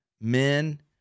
Men